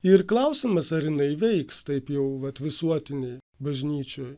ir klausimas ar jinai veiks taip jau vat visuotiniai bažnyčioj